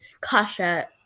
Kasha